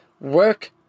work